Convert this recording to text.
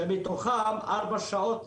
שמתוכם ארבע שעות